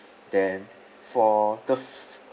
then for the for